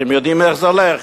אתם יודעים איך זה הולך?